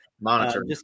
monitor